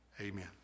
Amen